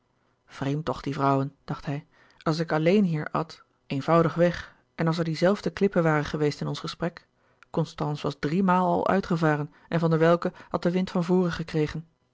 vreemd toch die vrouwen dacht hij als ik alleen hier at eenvoudig-weg en als er die zelfde klippen waren geweest in ons gesprek constance was driemaal al uitgevaren en van der welcke had den wind van voren gekregen